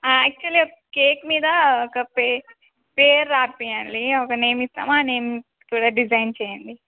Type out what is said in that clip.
actual ఒక cake మీద ఒక పే పేరు రాపియ్యాలి ఒక నేమ్ ఇస్తాము నేమ్ కూడా డిజైన్ చేయండి